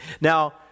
Now